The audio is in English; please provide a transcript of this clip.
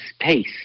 space